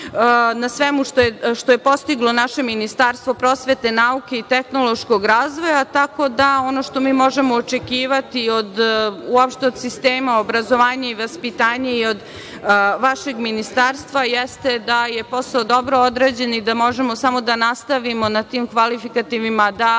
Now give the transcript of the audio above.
na svemu što je postiglo Ministarstvo prosvete, nauke i tehnološkog razvoja, tako da ono što možemo očekivati uopšte od sistema obrazovanja i vaspitanja i od vašeg ministarstva, jeste da je posao dobro odrađen i da možemo samo da nastavimo na tim kvalifikativima da